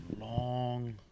long